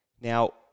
Now